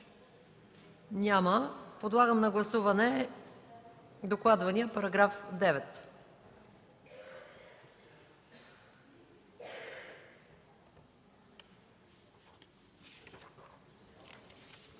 Няма. Подлагам на гласуване докладвания § 9.